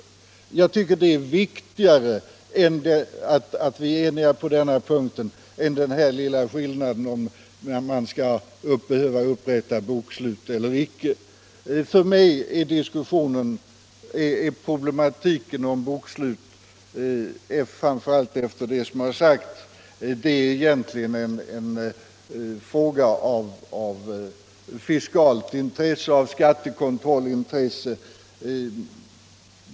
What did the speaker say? Att vi är eniga på den punkten tycker jag är viktigare än den lilla skillnaden i uppfattning om huruvida rörelseidkaren skall behöva upprätta bokslut eller icke. För mig är diskussionen och problematiken om bokslut, framför allt efter det som nu har sagts, egentligen en fråga av enbart fiskalt intresse.